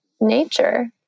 nature